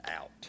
out